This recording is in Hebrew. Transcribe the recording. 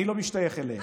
אני לא משתייך אליהם,